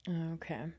Okay